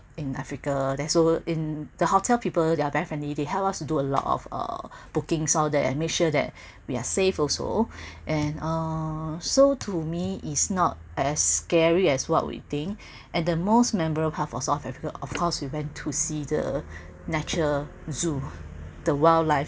in africa there's also in the hotel people they're very friendly they helped us to do a lot of uh bookings all that and make sure that we are safe also and uh so to me is not as scary as what we think and the most memorable part of south africa of course we went to see the natural zoo the wildlife